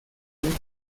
muy